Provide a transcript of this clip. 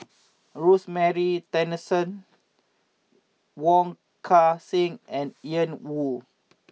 Rosemary Tessensohn Wong Kan Seng and Ian Woo